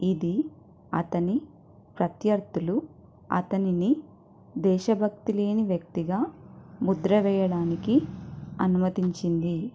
ఇది అతని ప్రత్యర్థులు అతనిని దేశభక్తి లేని వ్యక్తిగా ముద్ర వేయడానికి అనుమతించింది